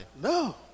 No